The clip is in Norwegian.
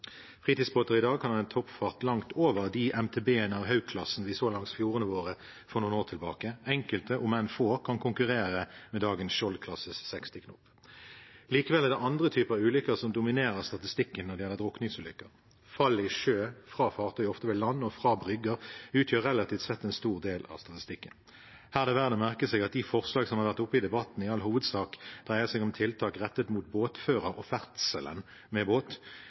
av Hauk-klassen vi så langs fjordene våre for noen år tilbake. Enkelte, om enn få, kan konkurrere med dagens Skjold-klasses 60 knop. Likevel er det andre typer ulykker som dominerer statistikken når det gjelder drukningsulykker: Fall i sjø fra fartøy, ofte ved land, og fra brygger utgjør relativt sett en stor del av statistikken. Her er det verdt å merke seg at de forslag som har vært oppe i debatten, i all hovedsak dreier seg om tiltak rettet mot båtføreren og ferdselen med båt.